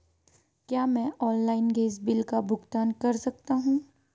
क्या मैं online gas bill का भुगतान कर सकता हूँ?